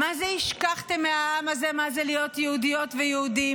מה זה השכחתם מהעם הזה מה זה להיות יהודיות ויהודים,